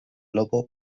lobo